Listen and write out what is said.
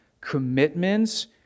commitments